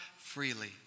Freely